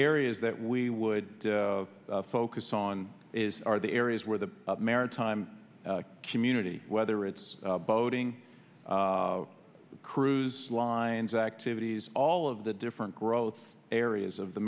areas that we would focus on is are the areas where the maritime community whether it's boating cruise lines activities all of the different growth areas of the